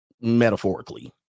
metaphorically